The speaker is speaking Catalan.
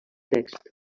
text